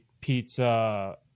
pizza